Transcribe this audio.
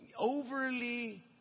overly